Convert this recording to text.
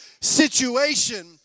situation